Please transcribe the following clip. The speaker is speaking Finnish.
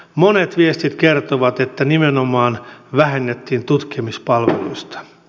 monet viestit kertovat että nimenomaan vähennettiin tutkimuspalveluista